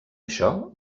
això